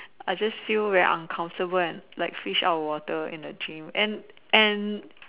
I just feel very uncomfortable and like fish out of the water at the gym and and